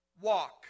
walk